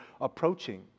approaching